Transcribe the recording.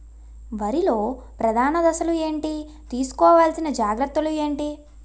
వరిలో ప్రధాన దశలు ఏంటి? తీసుకోవాల్సిన జాగ్రత్తలు ఏంటి?